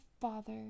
father